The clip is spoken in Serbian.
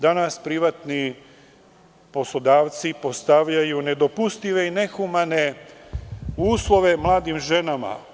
Danas privatni poslodavci postavljaju nedopustive i nehumane uslove mladim ženama.